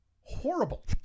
Horrible